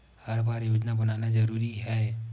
हर बार योजना बनाना जरूरी है?